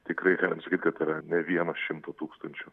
tikrai galima sakyt kad yra ne vieno šimto tūkstančių